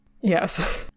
Yes